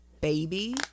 baby